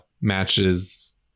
matches